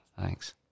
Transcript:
thanks